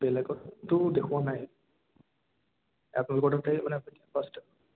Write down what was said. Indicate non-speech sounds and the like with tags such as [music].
বেলেগততো দেখুওৱা নাই আপোনালোকৰ তাতে মানে [unintelligible] ফাৰ্ষ্ট